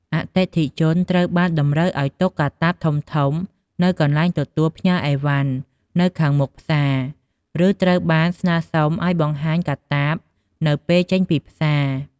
អតិថិជនត្រូវបានតម្រូវឱ្យទុកកាតាបធំៗនៅកន្លែងទទួលផ្ញើឥវ៉ាន់នៅខាងមុខផ្សារ ឬត្រូវបានស្នើសុំឱ្យបង្ហាញកាតាបនៅពេលចេញពីផ្សារ។